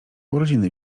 urodziny